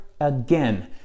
again